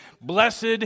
blessed